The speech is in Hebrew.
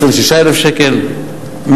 26,000 שקלים,